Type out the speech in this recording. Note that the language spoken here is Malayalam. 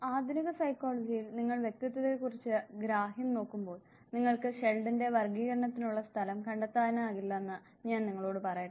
ആധുനിക സൈക്കോളജിയിൽ നിങ്ങൾ വ്യക്തിത്വത്തെക്കുറിച്ചുള്ള ഗ്രാഹ്യം നോക്കുമ്പോൾ നിങ്ങൾക്ക് ഷെൽഡന്റെ വർഗ്ഗീകരണത്തിനുള്ള സ്ഥലം കണ്ടെത്താനാകില്ലെന്ന് ഞാൻ നിങ്ങളോട് പറയട്ടെ